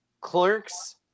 clerks